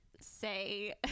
say